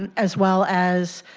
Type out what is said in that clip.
and as well as